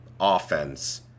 offense